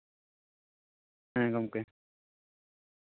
ᱦᱮᱸ ᱜᱚᱝᱠᱮ